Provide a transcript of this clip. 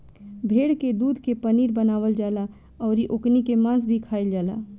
भेड़ के दूध के पनीर बनावल जाला अउरी ओकनी के मांस भी खाईल जाला